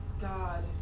God